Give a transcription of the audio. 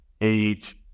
age